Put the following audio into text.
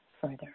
further